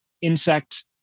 insect